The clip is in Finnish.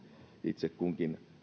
itse kunkin